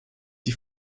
die